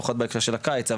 פחות בהקשר של הקיץ,